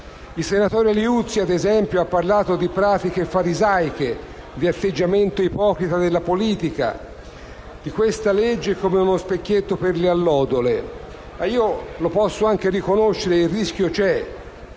Il senatore Liuzzi, ad esempio, ha parlato di pratiche farisaiche, di atteggiamento ipocrita della politica, di questa legge come uno specchietto per le allodole. Lo posso anche riconoscere: il rischio c'è,